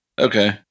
Okay